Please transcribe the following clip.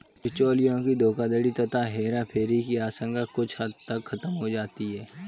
बिचौलियों की धोखाधड़ी तथा हेराफेरी की आशंका कुछ हद तक खत्म हो जाती है